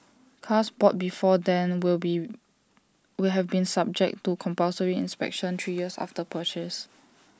cars bought before then will be will have been subject to compulsory inspections three years after purchase